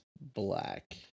black